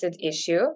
issue